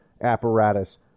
apparatus